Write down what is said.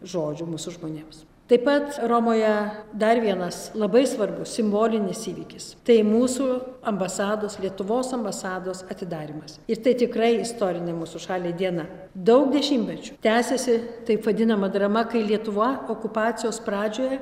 žodžių mūsų žmonėms taip pat romoje dar vienas labai svarbus simbolinis įvykis tai mūsų ambasados lietuvos ambasados atidarymas ir tai tikrai istorinė mūsų šaliai diena daug dešimtmečių tęsiasi taip vadinama drama kai lietuva okupacijos pradžioje